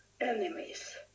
enemies